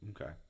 Okay